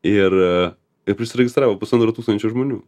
ir ir prisiregistravo pusantro tūkstančio žmonių